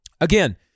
Again